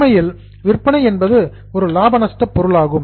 உண்மையில் விற்பனை என்பது ஒரு லாப நஷ்ட பொருளாகும்